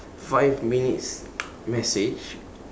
five minutes message